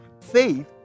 faith